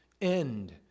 end